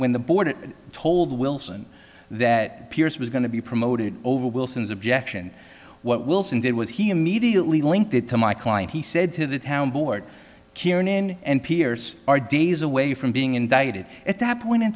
when the board told wilson that pierce was going to be promoted over wilson's objection what wilson did was he immediately linked it to my client he said to the town board kiran and piers are days away from being indicted at that point in